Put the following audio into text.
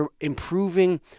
improving